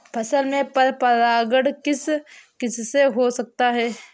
पौधों में परागण किस किससे हो सकता है?